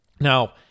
Now